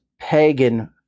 pagan